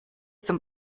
zum